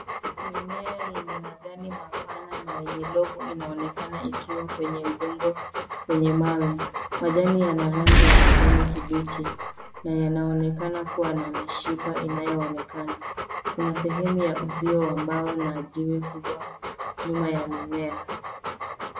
Mimea yenye majani mapana na yenye lobu, inaonekana ikiwa kwenye udongo wenye mawe. Majani yana rangi ya kijani kibichi na yanaonekana kuwa na mishipa inayoonekana. Kuna sehemu ya uzio wa mbao na jiwe kubwa, nyuma ya mimea.